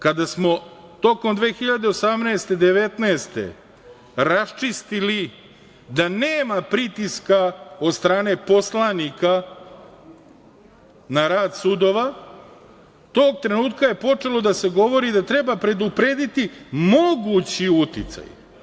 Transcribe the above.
Kada smo tokom 2018. i 2019. godine raščistili da nema pritiska od strane poslanika na rad sudova, tog trenutka je počelo da se govori da treba preduprediti mogući uticaj.